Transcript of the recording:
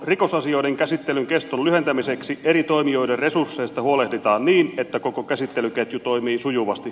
rikosasioiden käsittelyn keston lyhentämiseksi eri toimijoiden resursseista huolehditaan niin että koko käsittelyketju toimii sujuvasti